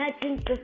imagine